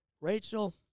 Rachel